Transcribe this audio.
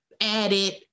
added